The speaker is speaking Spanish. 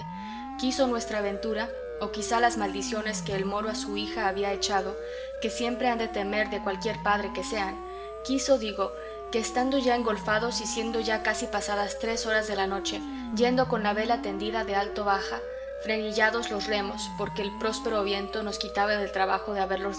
quiso nuestra ventura o quizá las maldiciones que el moro a su hija había echado que siempre se han de temer de cualquier padre que sean quiso digo que estando ya engolfados y siendo ya casi pasadas tres horas de la noche yendo con la vela tendida de alto baja frenillados los remos porque el próspero viento nos quitaba del trabajo de haberlos